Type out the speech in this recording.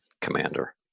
commander